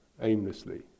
aimlessly